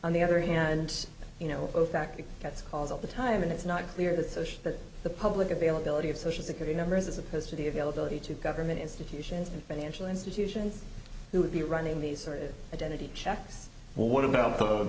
on the other hand you know opec gets calls all the time and it's not clear that so sure that the public availability of social security numbers as opposed to the availability to government institutions and financial institutions who would be running these identity checks well what about the